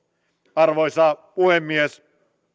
arvoisa puhemies